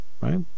right